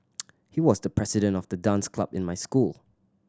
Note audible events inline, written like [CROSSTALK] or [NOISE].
[NOISE] he was the president of the dance club in my school